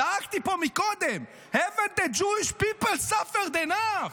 צעקתי פה קודם:haven't the Jewish people suffered enough?